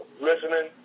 listening